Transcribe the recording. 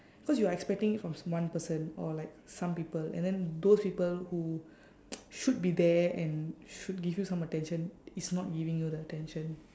because you are expecting it from one person or like some people and then those people who should be there and should give you some attention is not giving you the attention